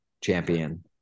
champion